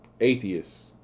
atheists